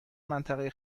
منطقه